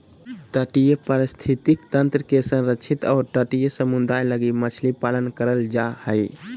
तटीय पारिस्थितिक तंत्र के संरक्षित और तटीय समुदाय लगी मछली पालन करल जा हइ